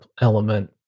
element